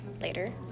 later